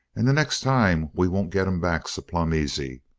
and the next time we won't get em back so plumb easy.